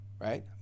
right